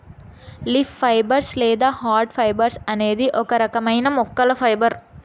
leaf fibres లేదా hard fibres అనేది ఒక రకమైన మొక్కల ఫైబర్